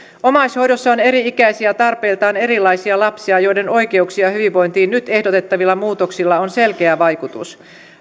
omaishoidossa on eri ikäisiä tarpeiltaan erilaisia lapsia joiden oikeuksiin ja hyvinvointiin nyt ehdotettavilla muutoksilla on selkeä vaikutus